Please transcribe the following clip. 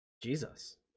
jesus